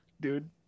Dude